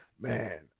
man